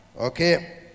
Okay